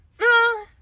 no